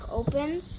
opens